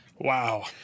Wow